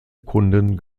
kunden